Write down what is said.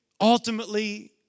ultimately